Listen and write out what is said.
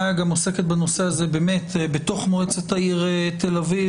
מאיה גם עוסקת בנושא הזה בתוך מועצת העיר תל-אביב,